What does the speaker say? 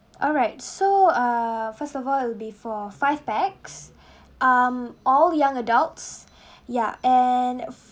alright so uh first of all it'll be for five pax um all young adults yeah and